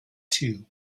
two